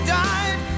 died